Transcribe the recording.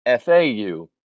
FAU